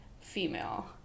female